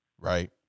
right